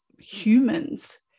humans